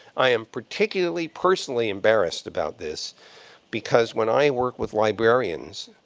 i am particularly personally embarrassed about this because when i work with librarians